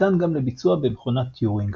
ניתן גם לביצוע במכונת טיורינג.